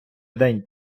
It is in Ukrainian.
день